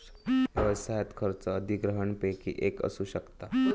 व्यवसायात खर्च अधिग्रहणपैकी एक असू शकता